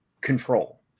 control